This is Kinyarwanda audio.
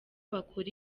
bakora